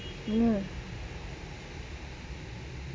you know